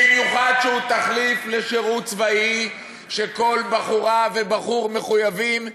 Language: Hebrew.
במיוחד כשהוא תחליף לשירות צבאי שכל בחורה ובחור מחויבים בו,